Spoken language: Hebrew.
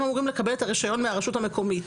אמורים לקבל את הרישיון מהרשות המקומית.